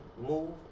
move